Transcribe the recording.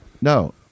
No